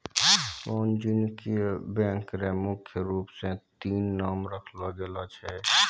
वाणिज्यिक बैंक र मुख्य रूप स तीन नाम राखलो गेलो छै